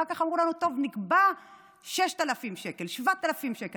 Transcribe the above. אחר כך אמרו לנו: טוב, נקבע 6,000 שקל, 7,000 שקל.